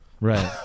right